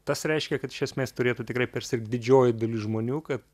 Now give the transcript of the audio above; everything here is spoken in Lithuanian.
tas reiškia kad iš esmės turėtų tikrai persirgt didžioji dalis žmonių kad